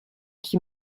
qui